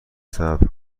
صبر